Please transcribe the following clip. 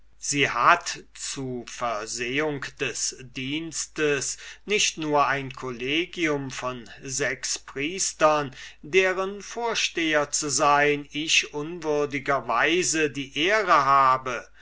sie hat zu versehung des dienstes nicht nur ein collegium von sechs priestern deren vorsteher zu sein ich unwürdiger weise die ehre habe